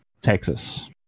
Texas